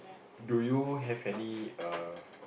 do you have any err